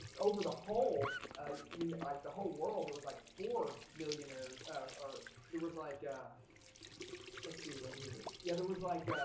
over the whole you know like the whole world there was like four millionaires or there was like yeah let's see right here. yeah, there was like